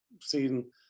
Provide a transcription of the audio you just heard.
seen